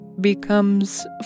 becomes